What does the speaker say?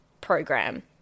program